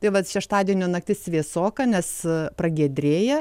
tai vat šeštadienio naktis vėsoka nes pragiedrėja